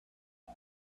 boy